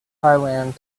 thailand